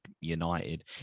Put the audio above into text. United